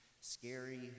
scary